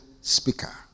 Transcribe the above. speaker